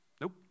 Nope